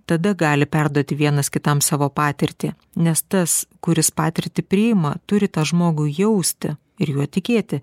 tada gali perduoti vienas kitam savo patirtį nes tas kuris patirtį priima turi tą žmogų jausti ir juo tikėti